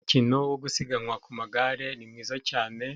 Umukino wo gusiganwa ku magare ni mwiza cyane,